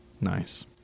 Nice